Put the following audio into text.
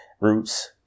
roots